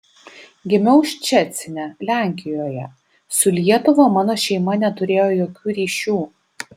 gimiau ščecine lenkijoje su lietuva mano šeima neturėjo jokių ryšių